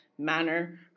Manner